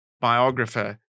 biographer